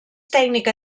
tècnica